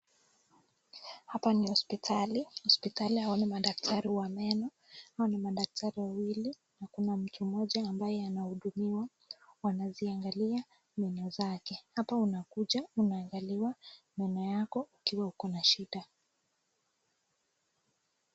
Hapa ni hospitali. Hospitali. Hawa ni madaktari wa meno. Hawa ni madaktari wawili na kuna mtu mmoja ambaye anahudumiwa, wanaziangalia meno zake. Hapa unakuja unaangaliwa meno yako ikiwa uko na shida.